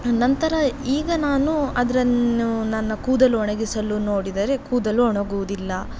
ನಂತರ ಈಗ ನಾನು ಅದನ್ನು ನನ್ನ ಕೂದಲು ಒಣಗಿಸಲು ನೋಡಿದರೆ ಕೂದಲು ಒಣಗುವುದಿಲ್ಲ